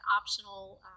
optional